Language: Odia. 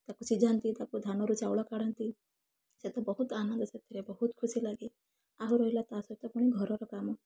ତାକୁ ସିଝାନ୍ତି ତାକୁ ଧାନରୁ ଚାଉଳ କାଢ଼ନ୍ତି ସେଥୁ ବହୁତ ଆନନ୍ଦ ସେଥିରେ ବହୁତ ଖୁସି ଲାଗେ ଆଉ ରହିଲା ତା ସହିତ ପୁଣି ଘରର କାମ